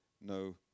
no